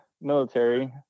military